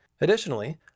Additionally